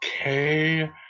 Okay